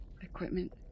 equipment